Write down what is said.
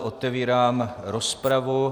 Otevírám rozpravu.